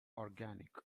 organic